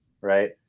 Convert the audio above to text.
right